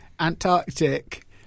Antarctic